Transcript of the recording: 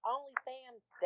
OnlyFans